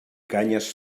canyes